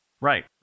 Right